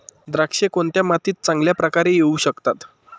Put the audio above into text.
द्राक्षे कोणत्या मातीत चांगल्या प्रकारे येऊ शकतात?